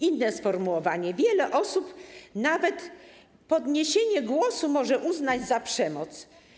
Inne sformułowanie: Wiele osób nawet podniesienie głosu może uznać za przemoc.